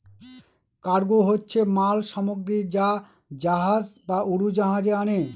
cargo হচ্ছে মাল সামগ্রী যা জাহাজ বা উড়োজাহাজে আনে